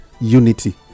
unity